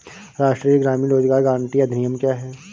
राष्ट्रीय ग्रामीण रोज़गार गारंटी अधिनियम क्या है?